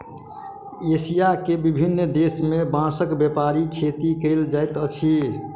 Asia के विभिन्न देश में बांसक व्यापक खेती कयल जाइत अछि